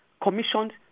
commissioned